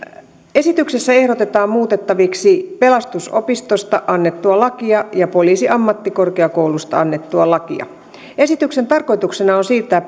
esityksessä ehdotetaan muutettaviksi pelastusopistosta annettua lakia ja poliisiammattikorkeakoulusta annettua lakia esityksen tarkoituksena on siirtää